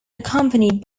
accompanied